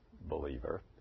believer